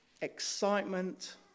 excitement